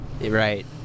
Right